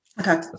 Okay